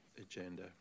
agenda